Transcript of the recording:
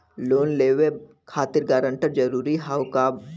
Loan लेवब खातिर guarantor जरूरी हाउ का?